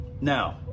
Now